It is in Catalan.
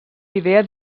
idea